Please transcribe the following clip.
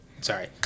sorry